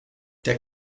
der